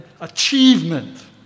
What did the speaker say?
achievement